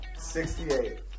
68